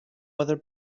other